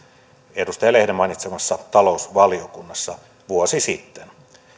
edustaja lehden mainitsemassa talousvaliokunnassa vuosi sitten